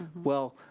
well,